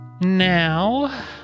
Now